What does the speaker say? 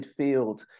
midfield